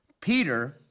Peter